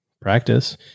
practice